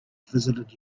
visited